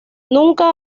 nunca